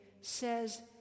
says